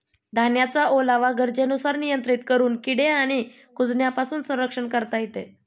धान्याचा ओलावा गरजेनुसार नियंत्रित करून किडे आणि कुजण्यापासून संरक्षण करता येते